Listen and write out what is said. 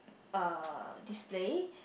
uh display